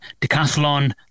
Decathlon